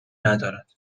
ندارد